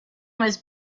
was